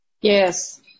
Yes